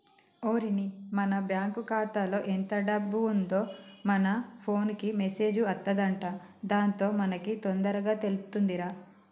ఓరిని మన బ్యాంకు ఖాతాలో ఎంత డబ్బు ఉందో మన ఫోన్ కు మెసేజ్ అత్తదంట దాంతో మనకి తొందరగా తెలుతుందిరా